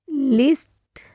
list